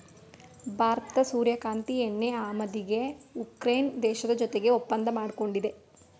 ಭಾರತದ ಸೂರ್ಯಕಾಂತಿ ಎಣ್ಣೆ ಆಮದಿಗೆ ಉಕ್ರೇನ್ ದೇಶದ ಜೊತೆಗೆ ಒಪ್ಪಂದ ಮಾಡ್ಕೊಂಡಿದೆ